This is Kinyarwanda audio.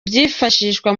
byifashishwa